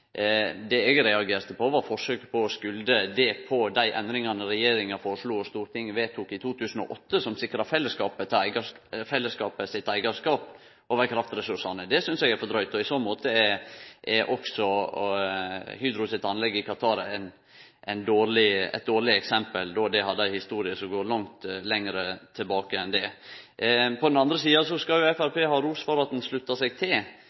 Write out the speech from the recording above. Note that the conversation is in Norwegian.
Det eg reagerte på, var forsøket på å skulde det på dei endringane regjeringa forslo og Stortinget vedtok i 2008, som sikra fellesskapen sin eigarskap over kraftressursane. Det synest eg er for drygt, og i så måte er også Hydro sitt anlegg i Qatar eit dårleg eksempel, da det hadde ei historie som går mykje lenger tilbake enn det. På den andre sida skal Framstegspartiet ha ros for at det slutta seg til